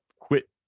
quit